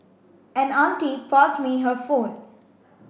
an auntie passed me her phone